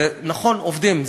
ונכון, עובדים.